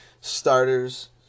starters